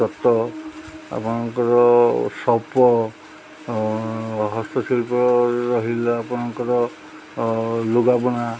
ଚଟ ଆପଣଙ୍କର ସପ ହସ୍ତଶିଳ୍ପ ରହିଲା ଆପଣଙ୍କର ଲୁଗା ବୁଣା